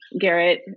Garrett